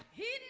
he